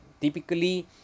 typically